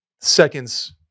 seconds